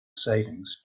savings